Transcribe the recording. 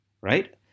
right